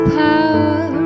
power